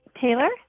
Taylor